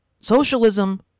Socialism